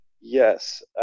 yes